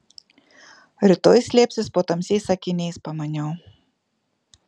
rytoj slėpsis po tamsiais akiniais pamaniau